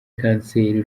kanseri